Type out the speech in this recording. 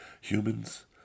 humans